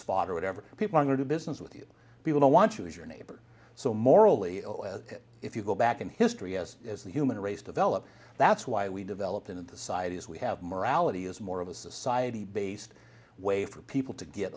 fodder whatever people are going to business with you people don't want you as your neighbor so morally if you go back in history as the human race developed that's why we developed in the side is we have morality is more of a society based way for people to get